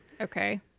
okay